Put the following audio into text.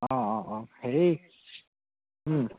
অঁ অঁ অঁ হেৰি